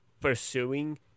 pursuing